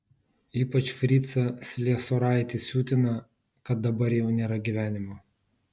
ypač fricą sliesoraitį siutina kad dabar jau nėra gyvenimo